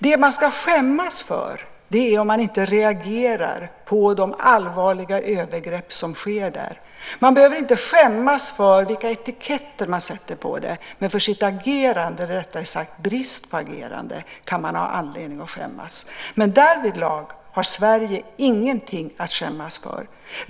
Det man ska skämmas för är om man inte reagerar på de allvarliga övergrepp som sker. Man behöver inte skämmas för vilka etiketter man sätter på det här. Men för sitt agerande, eller rättare sagt bristen på agerande, kan man ha anledning att skämmas. Därvidlag har dock Sverige ingenting att skämmas för.